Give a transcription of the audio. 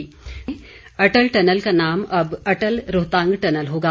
अटल tunnel Atal tunnel का नाम अब अटल रोहतांग टनल होगा